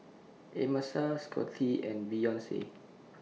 Amasa Scottie and Beyonce